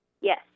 Yes